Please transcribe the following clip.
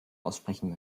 aussprechen